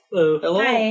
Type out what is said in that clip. Hello